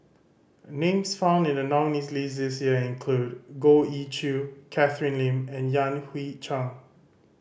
names found in the nominees' list this year include Goh Ee Choo Catherine Lim and Yan Hui Chang